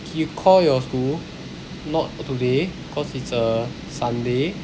you call your school not today cause it's a sunday